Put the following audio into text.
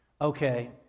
okay